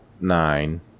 nine